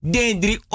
Dendri